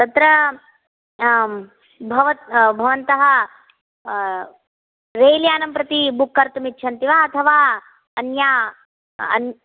तत्र भवत् भवन्तः रैलयानं प्रति बुक् कर्तुम् इच्छन्ति वा अथवा अन्या अन्य